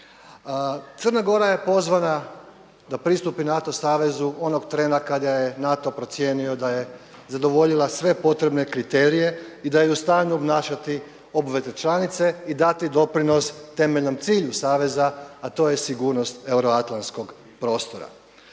Crna Gora je pozvana da pristupi NATO savezu onog trena kada je NATO procijenio da je zadovoljila sve potrebne kriterije i da je u stanju obnašati obveze članice i dati doprinos temeljnom cilju saveza a to je sigurnost euroatlantskog prostora.